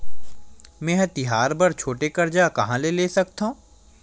मेंहा तिहार बर छोटे कर्जा कहाँ ले सकथव?